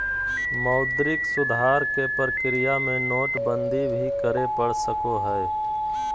मौद्रिक सुधार के प्रक्रिया में नोटबंदी भी करे पड़ सको हय